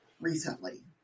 recently